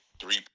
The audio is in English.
three